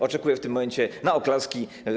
Oczekuję w tym momencie na oklaski.